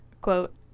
quote